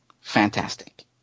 Fantastic